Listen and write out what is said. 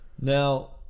now